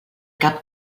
cap